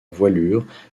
voilure